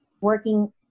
working